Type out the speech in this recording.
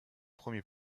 premier